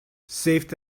saved